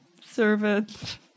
servant